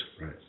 Right